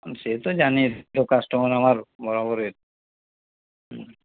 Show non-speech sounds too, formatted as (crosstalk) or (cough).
সে তো জানি (unintelligible) কাস্টমার আমার বরাবরের হুম